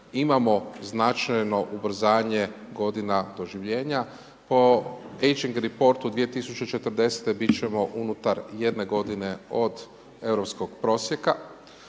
imamo značajno ubrzanje godina doživljenja po Angerti portu 2040 biti ćemo unutar jedne godine od europskog prosjeka.